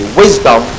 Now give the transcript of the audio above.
wisdom